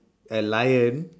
a lion